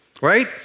Right